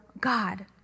God